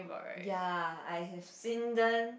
ya I have seen them